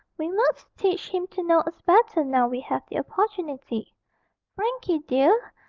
we must teach him to know us better now we have the opportunity. frankie dear,